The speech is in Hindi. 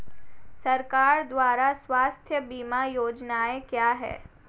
सरकार द्वारा स्वास्थ्य बीमा योजनाएं क्या हैं?